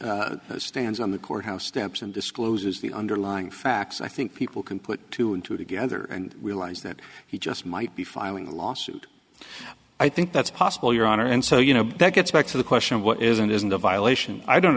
scruggs stands on the courthouse steps and discloses the underlying facts i think people can put two and two together and realize that he just might be filing a lawsuit i think that's possible your honor and so you know that gets back to the question of what is and isn't a violation i don't